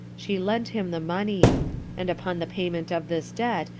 she lent him the money and, upon the payment of this debt,